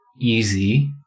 easy